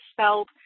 spelled